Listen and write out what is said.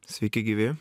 sveiki gyvi